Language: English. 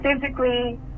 physically